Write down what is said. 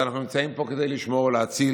אז אנחנו נמצאים פה כדי לשמור ולהציל,